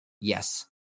Yes